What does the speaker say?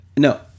No